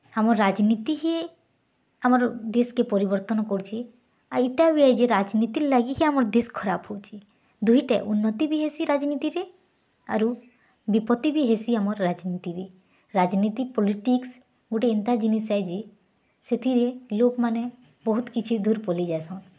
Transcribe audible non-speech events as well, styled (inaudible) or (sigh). ଆମର୍ ରାଜନୀତି ହିଁ ଆମର୍ ଦେଶ୍ କେ ପରିବର୍ତ୍ତନ କରୁଛି ଏଇଟା (unintelligible) ରାଜନୀତି ଲାଗି୍ ହିଁ ଆମର୍ ଦେଶ୍ ଖରାପ୍ ହେଉଛି ଦୁଇଟେ ଉର୍ନତି ବି ହେସି ରାଜନୀତିରେ ଆରୁ ବିପତ୍ତି ବି ହେସି ଆମର୍ ରାଜନୀତିରେ ରାଜନୀତି ପଲିଟିକ୍ସ ଗୁଟେ ଏନ୍ତା ଜିନିଷେ ଯି ସେଥିର୍ ଲୋକ୍ ମାନେ ବହୁତ୍ କିଛି ଦୂର୍ ପଳେଇ ଯାଇସନ୍